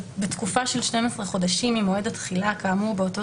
בתקופה של 12 חודשים ממועד התחילה כאמור באותו